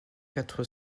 quatre